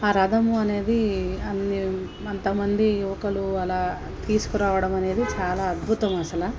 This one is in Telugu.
ఆ రథము అనేది అన్నీ అంతమంది యువకులు అలా తీసుకురావడం అనేది చాలా అద్భుతం అసలు